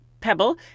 Pebble